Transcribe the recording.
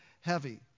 heavy